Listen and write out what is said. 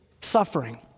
suffering